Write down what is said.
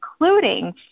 including